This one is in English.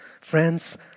Friends